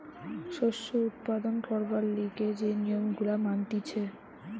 শস্য উৎপাদন করবার লিগে যে নিয়ম গুলা মানতিছে